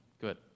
good